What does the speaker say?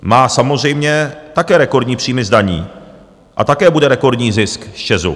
Má samozřejmě také rekordní příjmy z daní a také bude rekordní zisk z ČEZu.